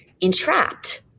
entrapped